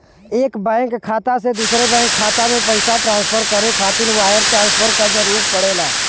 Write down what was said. एक बैंक खाता से दूसरे बैंक खाता में पइसा ट्रांसफर करे खातिर वायर ट्रांसफर क जरूरत पड़ेला